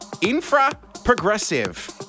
infra-progressive